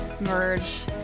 merge